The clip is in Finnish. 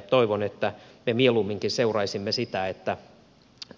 toivon että me mieluumminkin seuraisimme sitä että